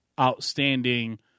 outstanding